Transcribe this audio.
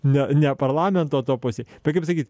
ne ne parlamento to pusėj tai kaip sakyt